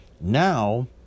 Now